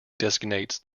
designates